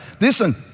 Listen